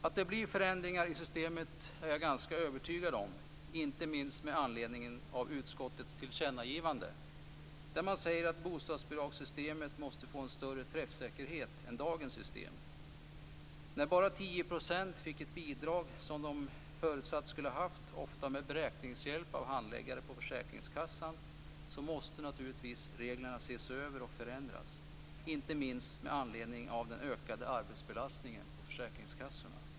Att det blir förändringar i systemet är jag ganska övertygad om, inte minst med anledning av utskottets tillkännagivande där man säger att bostadsbidragssystemet måste få en större träffsäkerhet än dagens system. När bara 10 % fick det bidrag som de skulle haft enligt förutsättningarna, ofta med beräkningshjälp av handläggare på försäkringskassan, måste reglerna naturligtvis ses över och förändras, inte minst med anledning av den ökade arbetsbelastningen på försäkringskassorna.